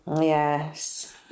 yes